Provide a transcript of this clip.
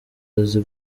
azi